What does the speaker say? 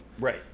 right